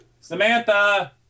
Samantha